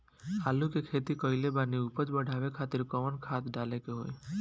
आलू के खेती कइले बानी उपज बढ़ावे खातिर कवन खाद डाले के होई?